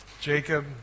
Jacob